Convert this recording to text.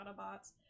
Autobots